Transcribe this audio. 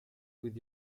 with